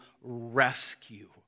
rescue